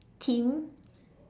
theme